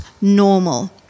normal